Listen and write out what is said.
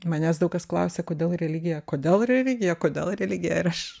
manęs daug kas klausia kodėl religija kodėl religija kodėl religija ir aš